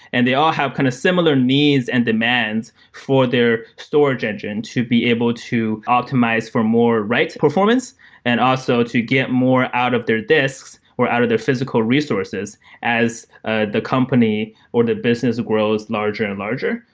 and they all have kind of similar needs and demands for their storage engine to be able to optimize for more write performance and also to get more out of their disks or out of their physical resources as ah the company or the business grows larger and larger.